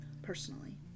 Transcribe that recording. personally